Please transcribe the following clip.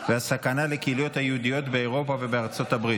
והסכנה לקהילות היהודיות באירופה ובארה"ב.